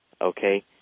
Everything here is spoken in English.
okay